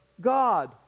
God